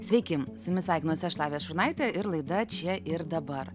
sveiki su jumis sveikinuosi aš lavija šurnaitė ir laida čia ir dabar